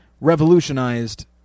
revolutionized